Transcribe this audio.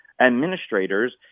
administrators